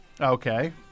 Okay